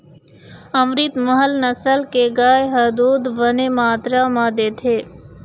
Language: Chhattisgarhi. अमरितमहल नसल के गाय ह दूद बने मातरा म देथे